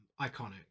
Iconic